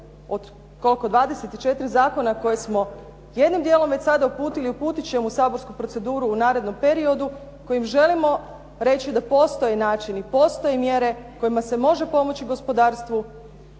od koliko, 24 zakona koje smo jednim dijelom već sada uputili, uputiti ćemo u saborsku proceduru u narednom periodu kojim želimo reći da postoji način i postoje mjere kojima se može pomoći gospodarstvu